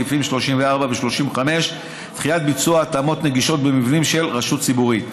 סעיפים 34 ו-35 (דחיית ביצוע התאמות נגישות במבנים של רשות ציבורית).